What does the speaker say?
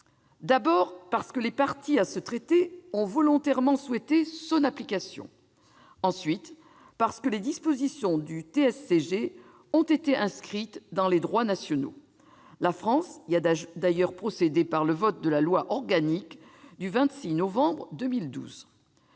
d'abord, les parties à ce traité ont volontairement souhaité son application. Ensuite, les dispositions du TSCG ont été inscrites dans les droits nationaux. La France a d'ailleurs procédé à cette inscription par le vote de la loi organique du 17 décembre 2012.